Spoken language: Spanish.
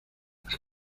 las